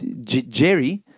Jerry